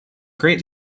great